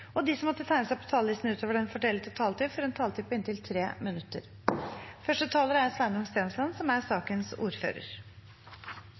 De som måtte tegne seg på talerlisten utover den fordelte taletid, får en taletid på inntil 3 minutter. Aller først vil jeg takke komiteen for godt samarbeid i en sak som er